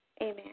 Amen